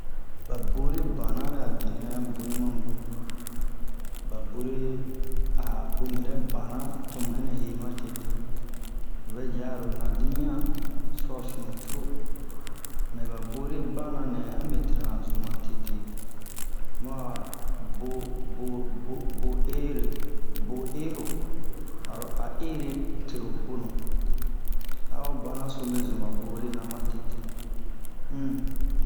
ba bore bana bɛ'a benɛ a boni mamu ba bore a bonu yɛrɛ bana tomu ɛnɛ hema tete ovɛ ji aro nadimian sua sunu curo mɛ ba bore bananɛ ame tena zun ma tete mu'a bo bobo ere bo ero aro a ere tero bonu a ho banaso me zunba bore na ma tete um